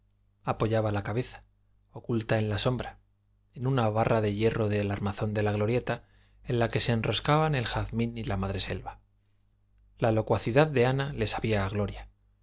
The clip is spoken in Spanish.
apoyaba la cabeza oculta en la sombra en una barra de hierro del armazón de la glorieta en la que se enroscaban el jazmín y la madreselva la locuacidad de ana le sabía a gloria